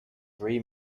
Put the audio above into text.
three